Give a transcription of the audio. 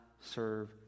serve